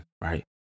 right